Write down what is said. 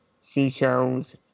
seashells